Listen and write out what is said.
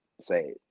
say